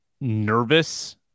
nervous